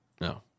No